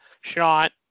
shot